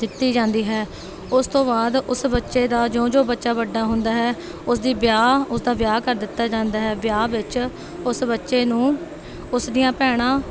ਦਿੱਤੀ ਜਾਂਦੀ ਹੈ ਉਸ ਤੋਂ ਬਾਅਦ ਉਸ ਬੱਚੇ ਦਾ ਜਿਉਂ ਜਿਉਂ ਬੱਚਾ ਵੱਡਾ ਹੁੰਦਾ ਹੈ ਉਸਦੀ ਵਿਆਹ ਉਸ ਦਾ ਵਿਆਹ ਕਰ ਦਿੱਤਾ ਜਾਂਦਾ ਹੈ ਵਿਆਹ ਵਿੱਚ ਉਸ ਬੱਚੇ ਨੂੰ ਉਸ ਦੀਆਂ ਭੈਣਾਂ